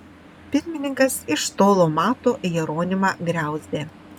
pirmininkas iš tolo mato jeronimą griauzdę